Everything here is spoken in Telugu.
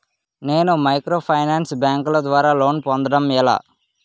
నేను మైక్రోఫైనాన్స్ బ్యాంకుల ద్వారా లోన్ పొందడం ఎలా?